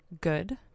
good